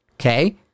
Okay